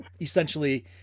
essentially